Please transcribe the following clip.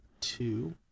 two